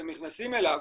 כשנכנסים אליו,